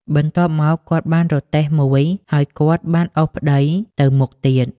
បន្ទាប់មក គាត់បានរទេះមួយ ហើយគាត់បានអូសប្តីទៅមុខទៀត។